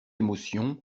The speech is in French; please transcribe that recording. émotion